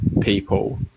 people